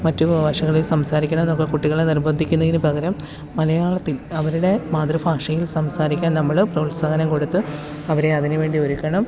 മറ്റ് ഭാഷകളില് സംസാരിക്കണമെന്നൊക്കെ കുട്ടികളെ നിര്ബന്ധിക്കുന്നതിന് പകരം മലയാളത്തില് അവരുടെ മാതൃഭാഷയില് സംസാരിക്കാന് നമ്മള് പ്രോത്സാഹനം കൊടുത്ത് അവരെ അതിന് വേണ്ടി ഒരുക്കണം